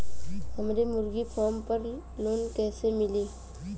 हमरे मुर्गी फार्म पर लोन कइसे मिली?